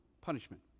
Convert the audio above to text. punishment